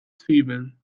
zwiebeln